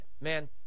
Man